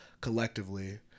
collectively